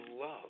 love